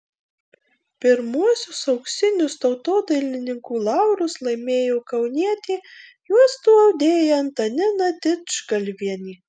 pirmuosius auksinius tautodailininkų laurus laimėjo kaunietė juostų audėja antanina didžgalvienė